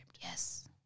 Yes